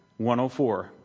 104